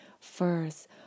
first